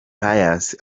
pius